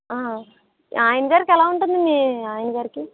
ఆయన గారికి ఎలా ఉంటుంది మీ ఆయన గారికి